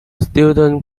student